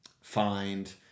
find